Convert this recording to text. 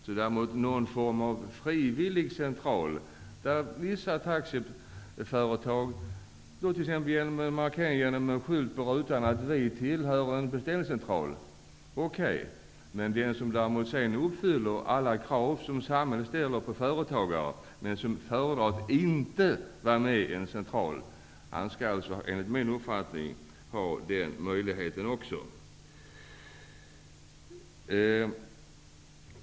Man kan tänka sig en frivillig central där vissa taxiföretag t.ex. genom en skylt på rutan markerar att de tillhör en beställningscentral. Det är okej. En taxiägare som uppfyller alla krav som samhället ställer på företagare men som föredrar att inte vara ansluten till en central skall enligt min uppfattning ha den möjligheten.